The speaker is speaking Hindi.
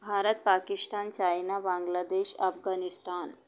भारत पाकिस्तान चाइना बांग्लादेश अफ़ग़ानिस्तान